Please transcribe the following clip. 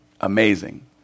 amazing